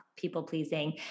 people-pleasing